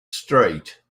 street